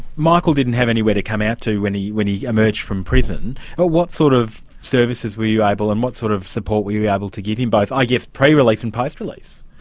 michael didn't have anywhere to come out to when he when he emerged from prison but what sort of services were you able, and what sort of support were you able to give him both i guess, pre-release and post-release?